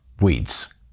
weeds